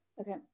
okay